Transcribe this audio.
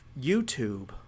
YouTube